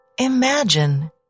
Imagine